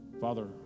Father